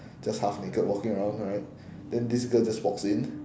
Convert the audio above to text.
just half naked walking around alright then this girl just walks in